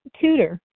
tutor